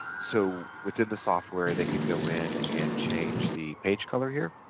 so within the software they can go in and change the page color here